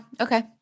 Okay